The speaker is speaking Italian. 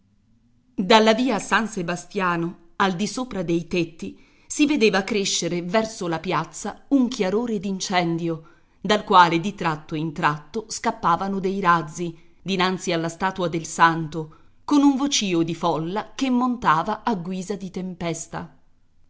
dalla via san sebastiano al disopra dei tetti si vedeva crescere verso la piazza un chiarore d'incendio dal quale di tratto in tratto scappavano dei razzi dinanzi alla statua del santo con un vocìo di folla che montava a guisa di tempesta